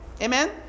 amen